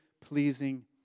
pleasing